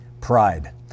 Pride